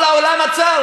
כל העולם עצר,